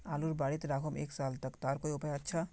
आलूर बारित राखुम एक साल तक तार कोई उपाय अच्छा?